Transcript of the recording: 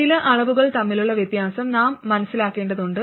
ചില അളവുകൾ തമ്മിലുള്ള വ്യത്യാസം നാം മനസ്സിലാക്കേണ്ടതുണ്ട്